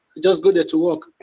just go there to work.